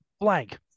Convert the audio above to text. blank